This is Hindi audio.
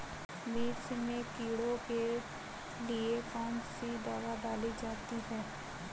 मिर्च में कीड़ों के लिए कौनसी दावा डाली जाती है?